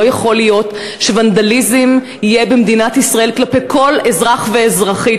לא יכול להיות שיהיה ונדליזם במדינת ישראל כלפי כל אזרח ואזרחית,